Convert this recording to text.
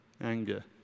anger